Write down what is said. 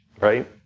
right